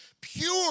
pure